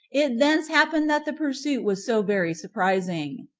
it thence happened that the pursuit was so very surprising.